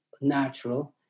natural